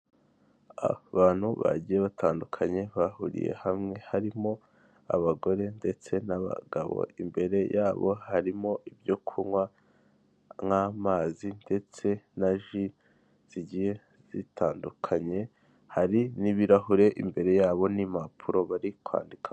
Muri rusange twebwe Kagame Paul perezida wa repubulika inteko ishinga amategeko yemeje none natwe duhamije dutangaje itegeko riteye ritya, kandi dutegetse ko ritangazwa mu igazeti ya leta ya repubulika y'u Rwanda.